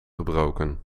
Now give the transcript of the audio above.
gebroken